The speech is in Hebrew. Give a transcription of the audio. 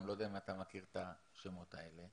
לא יודע אם אתה מכיר את השמות האלה.